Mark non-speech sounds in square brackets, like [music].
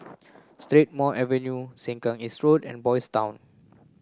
Strathmore [unintelligible] Sengkang East Road and Boys' Town